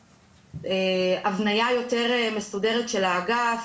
הבניה יותר מסודרת של האגף,